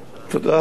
תודה.